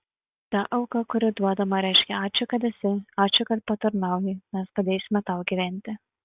ta auka kuri duodama reiškia ačiū kad esi ačiū kad patarnauji mes padėsime tau gyventi